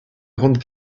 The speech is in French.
grande